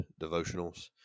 devotionals